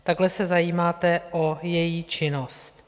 Takhle se zajímáte o její činnost.